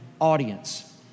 audience